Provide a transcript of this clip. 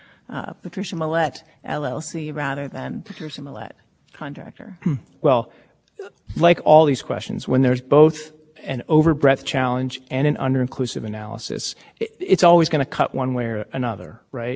doesn't go to the question of whether it's closely drawn in other words if you can if you could work your way around i simply being in the corporate form why do you need a complete